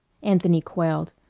anthony quailed.